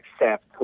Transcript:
accept